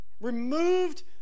Removed